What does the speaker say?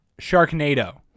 Sharknado